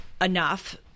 enough